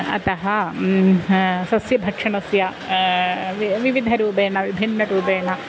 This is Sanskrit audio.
अतः सस्य भक्षणस्य वि विविधरूपेण विभिन्नरूपेण